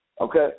Okay